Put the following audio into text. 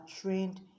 trained